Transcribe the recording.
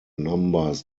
numbers